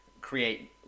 create